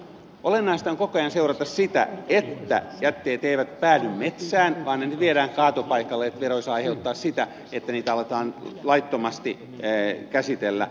olennaista on koko ajan seurata sitä että jätteet eivät päädy metsään vaan ne viedään kaatopaikalle ettei verotus aiheuta sitä että niitä aletaan laittomasti käsitellä